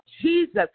Jesus